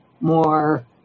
more